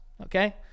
Okay